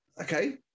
okay